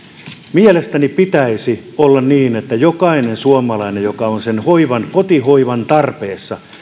mielestäni pitäisi olla niin että jokainen suomalainen joka on kotihoivan tarpeessa